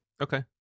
Okay